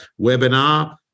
webinar